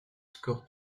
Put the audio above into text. scores